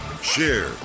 Share